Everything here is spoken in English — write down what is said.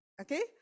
okay